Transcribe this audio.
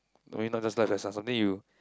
I mean not just life lessons something you